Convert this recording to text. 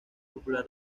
popular